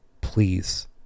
please